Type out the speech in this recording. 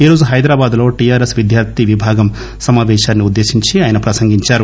ఈ రోజు హైదరాబాద్ లో టిఆర్ ఎస్ విద్యార్ధి సంఘం సమాపేకాన్ని ఉద్దేశించి ఆయన ప్రసంగించారు